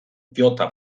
jota